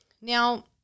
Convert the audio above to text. now